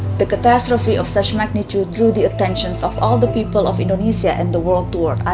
the catastrophe of such magnitude drew the attentions of all the people of indonesia and the world toward